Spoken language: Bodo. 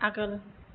आगोल